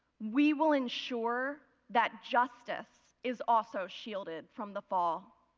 we will ensure that justice is also shielded from the fall.